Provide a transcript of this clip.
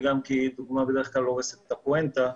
וגם כי דוגמה בדרך כלל הורסת את הפואנטה.